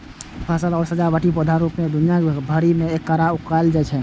फल आ सजावटी पौधाक रूप मे दुनिया भरि मे एकरा उगायल जाइ छै